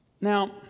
Now